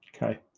Okay